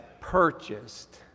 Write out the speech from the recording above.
purchased